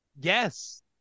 Yes